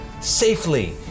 safely